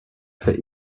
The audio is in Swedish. för